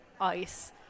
ice